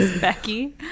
Becky